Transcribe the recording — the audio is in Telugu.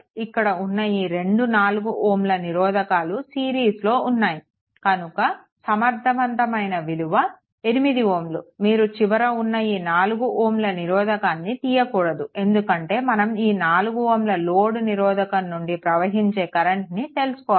ఇక్కడ ఉన్న ఈ రెండు 4 Ω నిరోధకాలు సిరీస్లో ఉన్నాయి కనుక సమర్ధవంతమైన విలువ 8Ω మీరు చివర ఉన్న ఈ 4 Ω నిరోధకాన్ని తీయకూడదు ఎందుకంటే మనం ఈ 4 Ω లోడ్ నిరోధకం నుండి ప్రవహించే కరెంట్ని తెలుసుకోవాలి